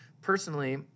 Personally